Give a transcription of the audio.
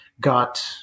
got